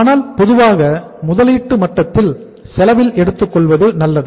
ஆனால் பொதுவாக முதலீட்டு மட்டத்தில் செலவில் எடுத்துக்கொள்வது நல்லது